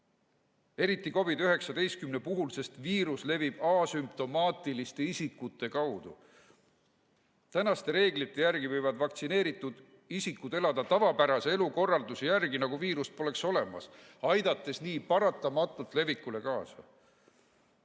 eriti COVID‑19 puhul, sest viirus levib asümptomaatiliste isikute kaudu. Tänaste reeglite järgi võivad vaktsineeritud isikud elada tavapärase elukorralduse järgi, nagu viirust poleks olemaski, aidates nii paratamatult selle levikule kaasa.